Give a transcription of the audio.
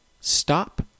stop